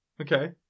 Okay